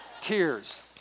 tears